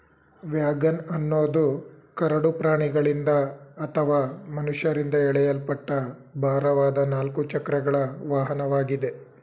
wagon ಅನ್ನೋದು ಕರಡು ಪ್ರಾಣಿಗಳಿಂದ ಅಥವಾ ಮನುಷ್ಯರಿಂದ ಎಳೆಯಲ್ಪಟ್ಟ ಭಾರವಾದ ನಾಲ್ಕು ಚಕ್ರಗಳ ವಾಹನವಾಗಿದೆ